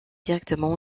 directement